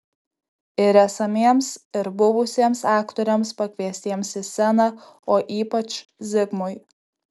ir esamiems ir buvusiems aktoriams pakviestiems į sceną o ypač zigmui